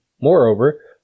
Moreover